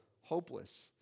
hopeless